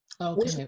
Okay